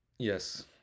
Yes